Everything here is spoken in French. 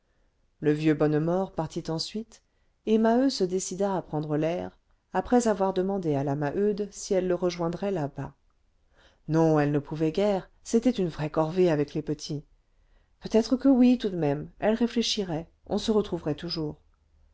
le vieux bonnemort partit ensuite et maheu se décida à prendre l'air après avoir demandé à la maheude si elle le rejoindrait là-bas non elle ne pouvait guère c'était une vraie corvée avec les petits peut-être que oui tout de même elle réfléchirait on se retrouverait toujours